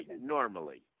normally